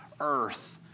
earth